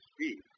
speed